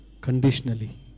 conditionally